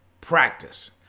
practice